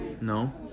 no